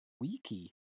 wiki